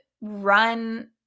run